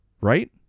Right